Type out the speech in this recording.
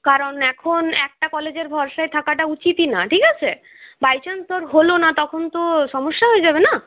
কারন এখন একটা কলেজের ভরসায় থাকাটা উচিৎই না ঠিক আছে বাইচান্স তোর হল না তখন তো সমস্যা হয়ে যাবে না